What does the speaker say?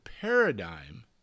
paradigm